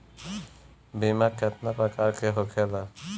बीमा केतना प्रकार के होखे ला?